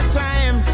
time